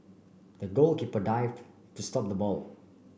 the goalkeeper dived to stop the ball